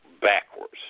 Backwards